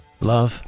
Love